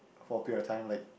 for a period of time like